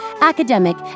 academic